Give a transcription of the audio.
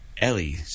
Ellie